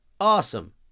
Awesome